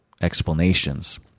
explanations